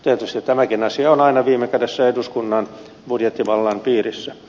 tietysti tämäkin asia on aina viime kädessä eduskunnan budjettivallan piirissä